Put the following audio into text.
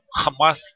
Hamas